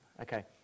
Okay